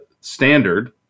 standard